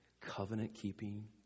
covenant-keeping